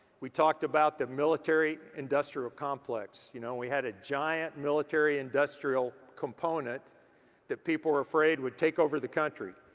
we talked about the military industrial complex. you know we had a giant military industrial component that people were afraid would take over the country.